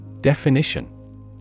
Definition